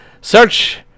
Search